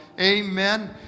Amen